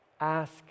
Ask